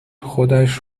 خودش